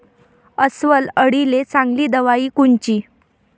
अस्वल अळीले चांगली दवाई कोनची?